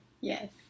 yes